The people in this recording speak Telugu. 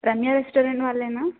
రమ్య రెస్టారెంట్ వాళ్ళేనా